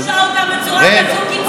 אז למה היא מענישה אותם בצורה כזאת קיצונית?